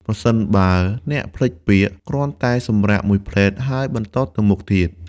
ប្រសិនបើអ្នកភ្លេចពាក្យ គ្រាន់តែសម្រាកមួយភ្លែត ហើយបន្តទៅមុខទៀត។